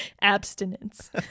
Abstinence